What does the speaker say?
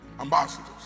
ambassadors